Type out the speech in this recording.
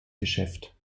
geschäft